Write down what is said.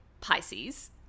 pisces